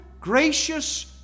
gracious